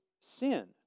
sin